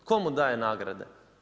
Tko mu daje nagrade?